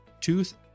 tooth